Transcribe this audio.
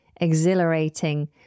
Exhilarating